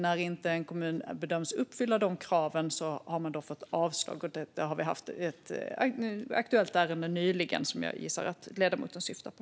När en kommun inte bedöms uppfylla de kraven har den fått avslag. Vi hade ett aktuellt ärende nyligen, som jag gissar att ledamoten syftar på.